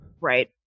Right